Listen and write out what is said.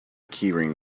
keyring